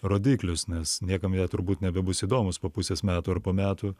rodiklius nes niekam jie turbūt nebebus įdomus po pusės metų ar po metų